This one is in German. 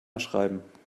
schreiben